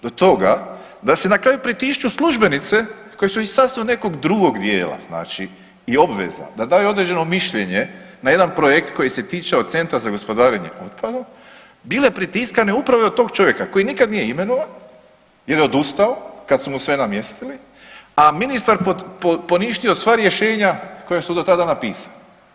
Do toga da se na kraju pritišću i službenice koje su iz sasma nekog drugog dijela i obveza, da daju određeno mišljenje na jedan projekt koji će tiče Centra za gospodarenje otpadom bile pritiskane upravo i od tog čovjeka koji nikad nije imenovan jer je odustao kad su mu sve namjestili, a ministar poništio sva rješenja koja su do tada napisana.